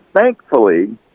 Thankfully